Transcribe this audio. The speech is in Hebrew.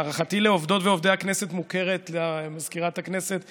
הערכתי לעובדות ולעובדי הכנסת מוכרת למזכירת הכנסת כבר,